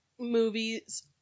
movies